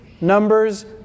numbers